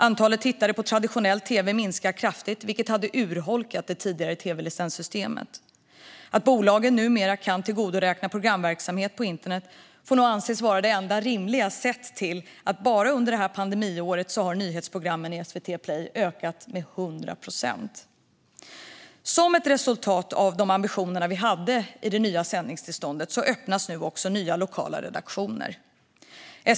Antalet personer som tittar på traditionell tv har minskat kraftigt, vilket hade urholkat det tidigare tv-licenssystemet. Att bolagen numera kan tillgodoräkna sig programverksamhet på internet får nog anses vara det enda rimliga. Bara under detta pandemiår har nyhetsprogrammen i SVT Play ökat med 100 procent. Som ett resultat av de ambitioner vi hade med det nya sändningstillståndet öppnas nu också nya lokala redaktioner.